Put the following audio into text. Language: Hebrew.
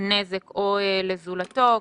נזק או לזולתו.